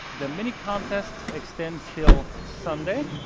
the mini contest extends till sunday.